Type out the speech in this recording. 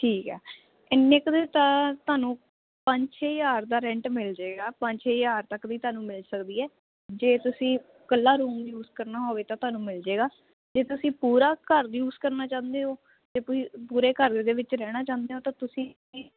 ਠੀਕ ਹੈ ਇੰਨੇ ਕ ਦੇ ਤਾਂ ਤੁਹਾਨੂੰ ਪੰਜ ਛੇ ਹਜਾਰ ਦਾ ਰੈਂਟ ਮਿਲ ਜਾਏਗਾ ਪੰਜ ਛੇ ਹਜਾਰ ਤੱਕ ਵੀ ਤੁਹਾਨੂੰ ਮਿਲ ਸਕਦੀ ਹੈ ਜੇ ਤੁਸੀਂ ਕੱਲਾ ਰੂਮ ਯੂਜ ਕਰਨਾ ਹੋਵੇ ਤਾਂ ਤੁਹਾਨੂੰ ਮਿਲ ਜਾਏਗਾ ਜੇ ਤੁਸੀਂ ਪੂਰਾ ਘਰ ਯੂਜ ਕਰਨਾ ਚਾਹੁੰਦੇ ਹੋ ਤੇ ਕੋਈ ਪੂਰੇ ਘਰ ਦੇ ਵਿੱਚ ਰਹਿਣਾ ਚਾਹੁੰਦੇ ਹੋ ਤਾਂ ਤੁਸੀਂ ਕੀ